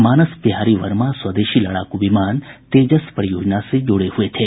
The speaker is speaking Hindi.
मानस बिहारी वर्मा स्वदेशी लड़ाकू विमान तेजस परियोजना से जुड़े हुए थे